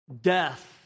death